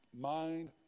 mind